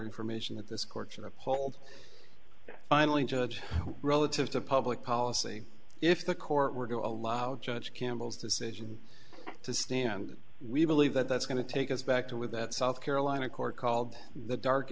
information that this court should uphold finally judge relative to public policy if the court were to allow judge campbell's decision to stand we believe that that's going to take us back to with that south carolina court called the dark